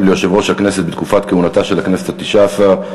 ליושב-ראש הכנסת בתקופת כהונתה של הכנסת התשע-עשרה),